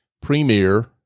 premier